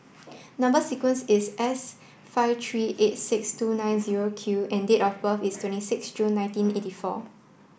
number sequence is S five three eight six two nine zero Q and date of birth is twenty six June nineteen eighty four